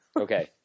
Okay